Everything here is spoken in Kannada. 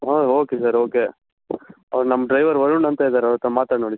ಹಾಂ ಓಕೆ ಸರ್ ಓಕೆ ಅವ್ರು ನಮ್ಮ ಡ್ರೈವರ್ ವರುಣ್ ಅಂತ ಇದ್ದಾರೆ ಅವರತ್ರ ಮಾತಾಡಿ ನೋಡಿ